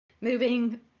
moving